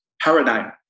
paradigm